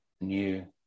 new